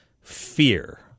fear